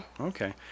Okay